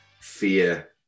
fear